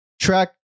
track